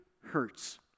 hurts